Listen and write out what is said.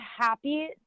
happy